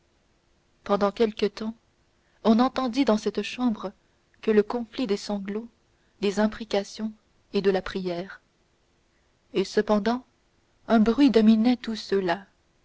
pendant quelque temps on n'entendit dans cette chambre que le conflit des sanglots des imprécations et de la prière et cependant un bruit dominait tous ceux-là